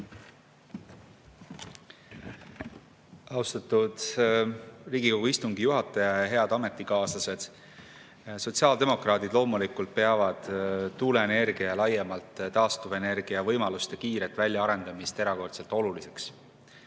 Austatud Riigikogu istungi juhataja! Head ametikaaslased! Sotsiaaldemokraadid loomulikult peavad tuuleenergia ja laiemalt taastuvenergia võimaluste kiiret väljaarendamist erakordselt oluliseks.